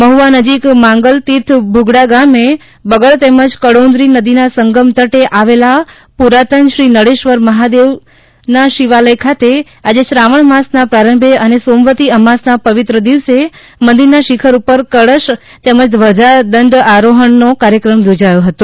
મહ્વાનજીક માંગલતીર્થભગુડા ગામે બગડ તેમજ કળોન્દ્રી નદીના સંગમ તટે આવેલા પુરાતની શ્રી નળેશ્વર મહાદેવનાશિવાલય ખાતે આજે શ્રાવણ માસના પ્રારંભે અને સોમવતી અમાસના પવિત્ર દિવસે મંદિરના શિખર ઉપરકળશ તેમજ ધ્વજા દંડ આરોહણ નો કાર્યક્રમ થોજાયો હતો